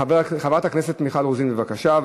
חברת הכנסת מיכל רוזין, בבקשה.